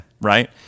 right